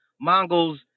Mongols